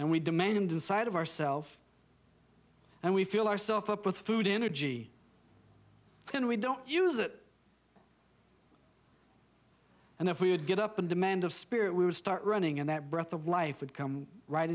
and we demand inside of ourself and we feel ourself up with food energy when we don't use it and if we would get up and demand of spirit we would start running and that breath of life would come right